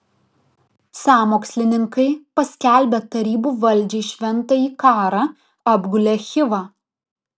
sąmokslininkai paskelbę tarybų valdžiai šventąjį karą apgulė chivą